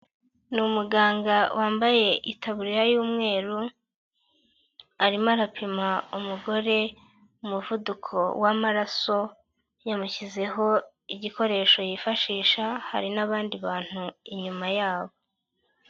Ni umuganga wambaye itaburiya y'umweru, arimo arapima umugore umuvuduko w'amaraso yamushyizeho igikoresho yifashisha hari n'abandi bantu inyuma yabo.